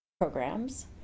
programs